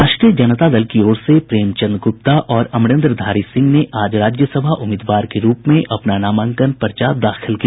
राष्ट्रीय जनता दल की ओर से प्रेमचंद गुप्ता और अमरेन्द्रधारी सिंह ने आज राज्यसभा उम्मीदवार के रूप में अपना नामांकन पर्चा दाखिल किया